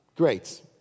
great